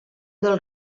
del